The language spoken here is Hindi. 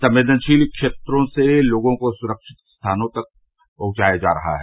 संवेदनशील क्षेत्रों से लोगों को सुरक्षित स्थानों पर पहुंचाया जा रहा है